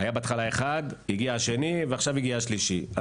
היה אחד, הגיע השני ועכשיו הגיע השלישי.